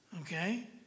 Okay